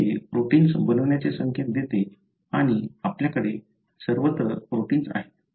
तर ते प्रोटिन्स बनवण्याचे संकेत देते आणि आपल्याकडे सर्वत्र प्रोटिन्स आहेत